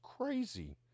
crazy